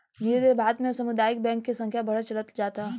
धीरे धीरे भारत में सामुदायिक बैंक के संख्या बढ़त चलल जाता